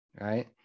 right